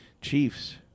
Chiefs